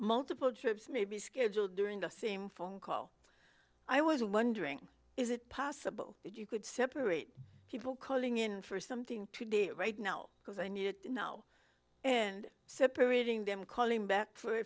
multiple trips maybe scheduled during the same phone call i was wondering is it possible that you could separate people calling in for something today right now because i need it now and separating them calling back for